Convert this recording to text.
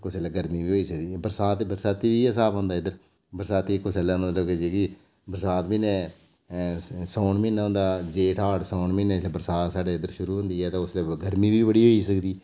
कुसै बेल्लै गर्मी बी होई सकदी बरसात बरसांती बी इ'यै स्हाब होंदा इद्धर बरसांती कुसै बेल्लै मतलब जेह्की बरसात म्हीनै सौन म्हीना होंदा जेठ हाड़ सौन म्हीनै जिसलै बरसात साढ़े इद्धर शुरू होंदी ऐ ते उसलै गर्मी बी बड़ी होई सकदी